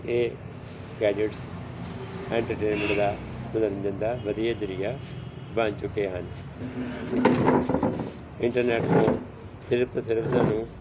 ਇਹ gadgets entertainment ਦਾ ਮਨੋਰੰਜਨ ਦਾ ਵਧੀਆ ਜ਼ਰੀਆ ਬਣ ਚੁੱਕੇ ਹਨ ਇੰਟਰਨੈਟ ਤੋਂ ਸਿਰਫ ਤੋਂ ਸਿਰਫ ਸਾਨੂੰ